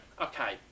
Okay